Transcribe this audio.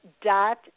dot